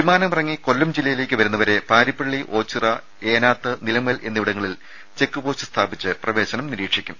വിമാനമിറങ്ങി കൊല്ലം ജില്ലയിലേക്ക് വരുന്നവരെ പാരിപ്പള്ളി ഓച്ചിറ ഏനാത്ത് നിലമേൽ എന്നിവിടങ്ങളിൽ ചെക്ക്പോസ്റ്റ് സ്ഥാപിച്ച് പ്രവേശനം നിരീക്ഷിക്കും